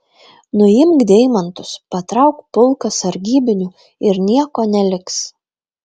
nuimk deimantus patrauk pulką sargybinių ir nieko neliks